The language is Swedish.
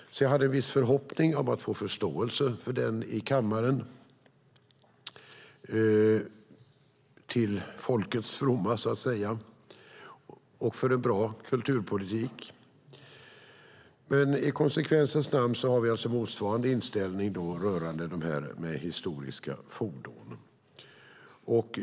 Jag hade en viss förhoppning om att få förståelse för den i kammaren, till folkets fromma så att säga och för en bra kulturpolitik. I konsekvensens namn har vi alltså motsvarande inställning rörande de här historiska fordonen.